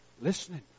Listening